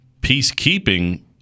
peacekeeping